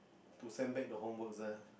to send back the homworks lah